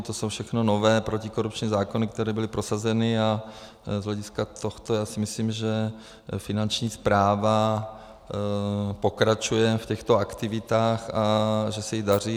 To jsou všechno nové protikorupční zákony, které byly prosazeny, a z hlediska tohoto si myslím, že Finanční správa pokračuje v těchto aktivitách a že se jí daří.